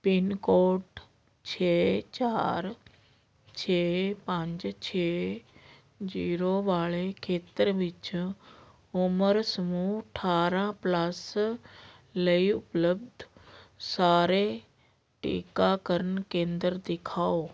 pin code ਛੇ ਚਾਰ ਛੇ ਪੰਜ ਛੇ ਜ਼ੀਰੋ ਵਾਲੇ ਖੇਤਰ ਵਿੱਚ ਉਮਰ ਸਮੂਹ ਅਠਾਰਾਂ ਪਲੱਸ ਲਈ ਉਪਲਬਧ ਸਾਰੇ ਟੀਕਾਕਰਨ ਕੇਂਦਰ ਦਿਖਾਓ